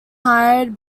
hired